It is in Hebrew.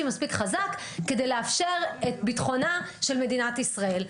מספיק חזק כדי לאפשר את ביטחונה של מדינת ישראל.